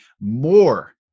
more